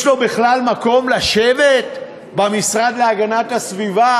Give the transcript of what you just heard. יש לו בכלל מקום לשבת במשרד להגנת הסביבה?